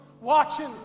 watching